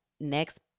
next